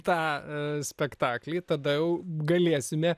tą spektaklį tada galėsime